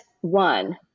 one